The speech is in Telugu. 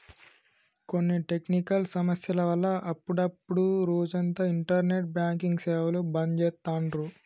కొన్ని టెక్నికల్ సమస్యల వల్ల అప్పుడప్డు రోజంతా ఇంటర్నెట్ బ్యాంకింగ్ సేవలు బంద్ చేత్తాండ్రు